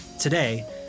Today